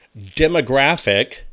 demographic